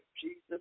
Jesus